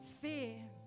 fear